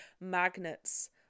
magnets